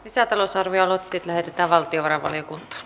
lisätalousarvioaloitteet lähetettiin valtiovarainvaliokuntaan